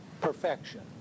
perfection